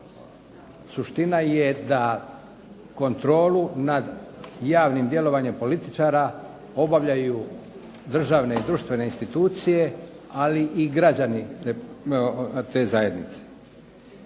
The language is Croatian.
suština je da kontrolu nad javnim djelovanjem političara obavljaju državne i društvene institucije, ali i građani te zajednice.